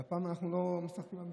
אבל הפעם אנחנו לא משחקים במשחק.